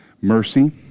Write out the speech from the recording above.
mercy